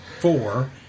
four